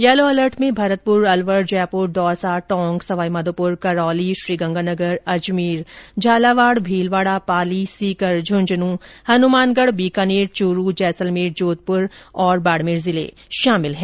yellow alert में भरतपुर अलवर जयपुर दौसा टोंक सवाई माधोपुर करौली गंगानगर अजमेर झालावाड़ भीलवाड़ा पाली सीकर झुंझनू हनुमानगढ़ बीकानेर चूरू जैसलमेर जोधपुर और बाड़मेर जिला शामिल हैं